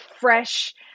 fresh